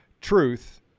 truth